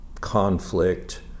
conflict